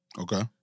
Okay